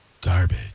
Garbage